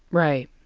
right.